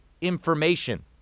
information